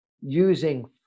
using